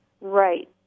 Right